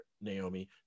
Naomi